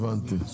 הבנתי.